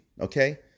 Okay